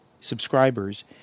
subscribers